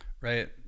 right